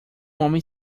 homem